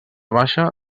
baixa